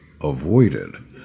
avoided